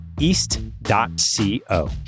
east.co